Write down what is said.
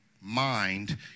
mind